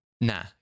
Nah